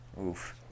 Oof